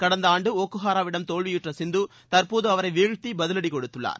கடந்த ஆண்டு ஒக்குஹாராவிடம் தோல்வியுற்ற சிந்து தற்போது அவரை வீழ்த்தி பதிலடி கொடுத்துள்ளார்